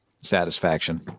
satisfaction